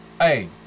Hey